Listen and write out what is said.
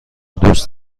دوست